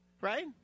right